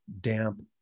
damp